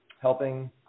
helping